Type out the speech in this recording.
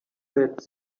that